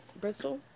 Bristol